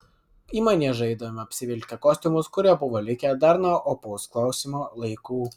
į maniežą eidavome apsivilkę kostiumus kurie buvo likę dar nuo opaus klausimo laikų